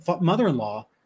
mother-in-law